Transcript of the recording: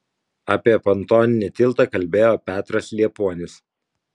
apie pontoninį tiltą kalbėjo petras liepuonis